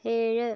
ഏഴ്